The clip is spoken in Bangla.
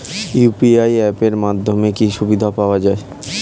ইউ.পি.আই অ্যাপ এর মাধ্যমে কি কি সুবিধা পাওয়া যায়?